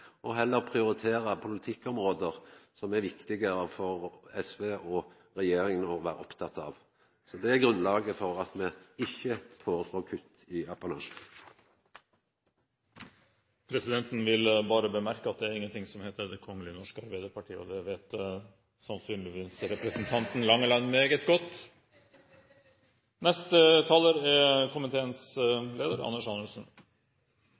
og heller prioritera politikkområde som det er viktigare for SV og regjeringa å vere opptekne av. Det er grunnen til at me ikkje foreslår kutt i apanasjen. Presidenten vil bare bemerke at det er ingenting som heter «Det kongelege norske arbeidarparti», og det vet sannsynligvis representanten Langeland meget godt.